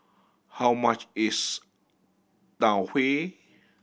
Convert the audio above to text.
how much is Tau Huay